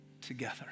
together